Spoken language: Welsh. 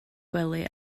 gwely